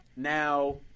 Now